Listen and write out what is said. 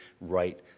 right